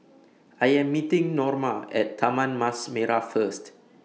I Am meeting Norma At Taman Mas Merah First